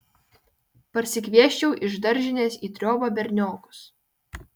parsikviesčiau iš daržinės į triobą berniokus